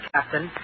Captain